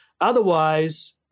Otherwise